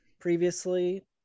previously